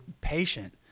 patient